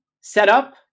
setup